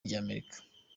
ry’amerika